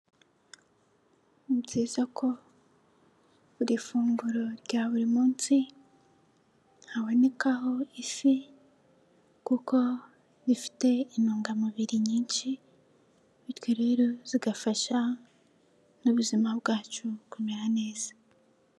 Ni byiza ko buri funguro rya buri munsi habonekaho ifi kuko ifite intungamubiri nyinshi bityo rero zigafasha n'ubuzima bwacu kumera neza.